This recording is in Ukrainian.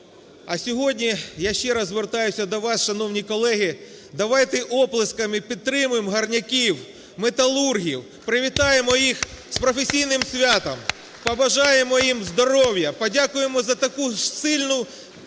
А сьогодні я ще раз звертаюся до вас, шановні колеги, давайте оплесками підтримаємо гірників, металургів, привітаємо їх з професійним святом, побажаємо їм здоров'я, подякуємо за таку сильну